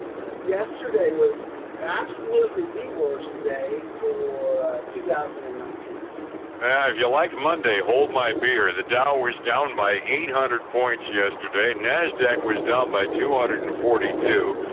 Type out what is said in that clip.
yesterday was absolutely the worst day for two thousand and nineteen. if you like monday, hold my beer. the dow was down by eight hundred points yesterday, nasdaq was down by two ah hundred and forty-two,